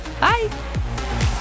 Bye